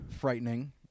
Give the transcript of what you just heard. frightening